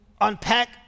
unpack